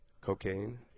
Cocaine